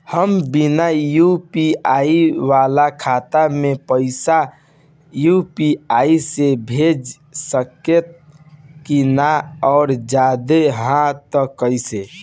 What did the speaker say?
हम बिना यू.पी.आई वाला खाता मे पैसा यू.पी.आई से भेज सकेम की ना और जदि हाँ त कईसे?